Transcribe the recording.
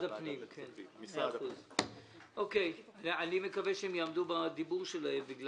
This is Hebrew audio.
אני מקווה שהם יעמדו בדיבור שלהם.